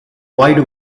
wide